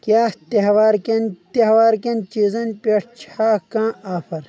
کیٛاہ تہوارٕکین تہوارٕ کین چیٖنز پٮ۪ٹھ چھا کانٛہہ آفر